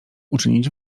uczynić